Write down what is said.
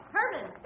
Herman